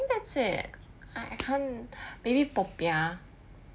that's it I I can't maybe popiah